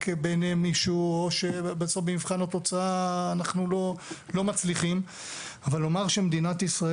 בעיני מישהו או שבמבחן התוצאה אנחנו לא מצליחים אבל לומר שמדינת ישראל